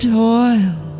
toil